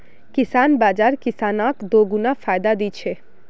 किसान बाज़ार किसानक दोगुना फायदा दी छे